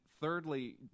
thirdly